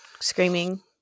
screaming